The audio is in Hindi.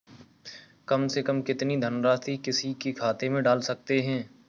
कम से कम कितनी धनराशि किसी के खाते में डाल सकते हैं?